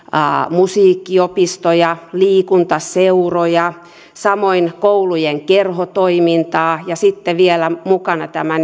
musiikkiopistoja liikuntaseuroja samoin koulujen kerhotoimintaa ja sitten vielä mukana tämä